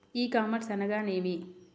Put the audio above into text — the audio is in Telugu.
ఈ కామర్స్ అనగానేమి?